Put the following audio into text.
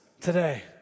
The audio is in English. today